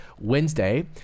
Wednesday